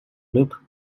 loop